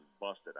busted